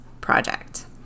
project